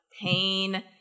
pain